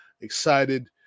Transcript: excited